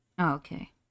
Okay